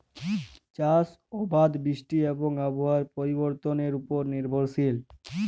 চাষ আবাদ বৃষ্টি এবং আবহাওয়ার পরিবর্তনের উপর নির্ভরশীল